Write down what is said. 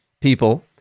people